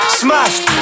smashed